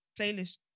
playlist